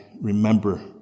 remember